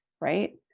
right